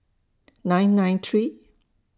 nine nine three